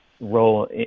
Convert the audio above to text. Role